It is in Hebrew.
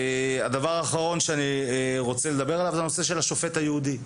הדבר האחרון שאני רוצה לדבר עליו זה הנושא של השופט הייעודי,